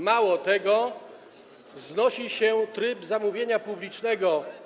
Mało tego, znosi się tryb zamówienia publicznego.